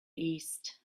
east